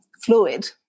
fluid